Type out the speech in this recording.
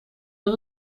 een